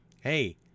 hey